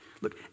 Look